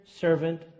servant